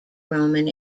roman